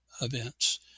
events